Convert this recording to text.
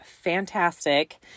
fantastic